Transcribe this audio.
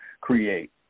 create